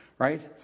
right